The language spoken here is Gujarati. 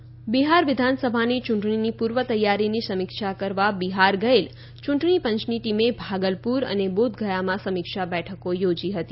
બિહાર ચૂંટણી બિહાર વિધાનસભાની ચૂંટણીની પૂર્વ તૈયારીની સમીક્ષા કરવા બિહાર ગયેલ યૂંટણીપંચની ટીમે ભાગલપુર અને બોધગયામાં સમીક્ષા બેઠકો યોજી હતી